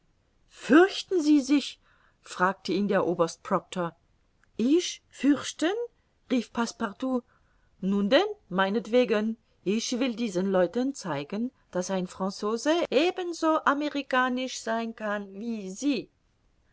fürchten sie sich fragte ihn der oberst proctor ich fürchten rief passepartout nun denn meinetwegen ich will diesen leuten zeigen daß ein franzose ebenso amerikanisch sein kann wie sie